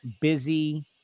busy